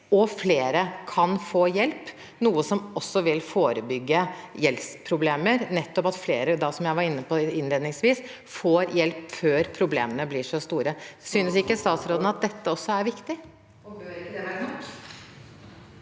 at flere kan få hjelp. Det vil også forebygge gjeldsproblemer at flere, som jeg var inne på innledningsvis, får hjelp før problemene blir så store. Synes ikke statsråden at dette også er viktig,